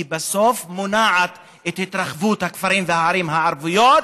היא בסוף מונעת את התרחבות הכפרים והערים הערביים.